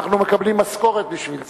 אנחנו מקבלים משכורת בשביל זה.